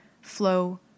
flow